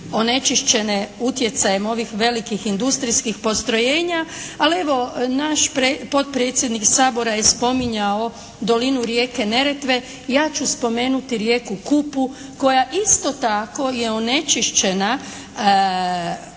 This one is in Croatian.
onečišćene utjecajem ovih velikih industrijskih postrojenja. Ali evo, naš potpredsjednik Sabora je spominjao dolinu rijeke Neretve. Ja ću spomenuti rijeku Kupu koja isto tako je onečišćene